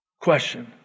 Question